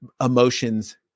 emotions